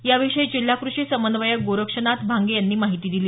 याविषयी जिल्हा कृती समन्वयक गोरक्षनाथ भांगे यांनी माहिती दिली